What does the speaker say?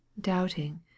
doubting